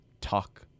talk